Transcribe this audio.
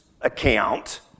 account